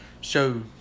show